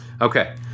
Okay